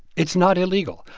it's not illegal.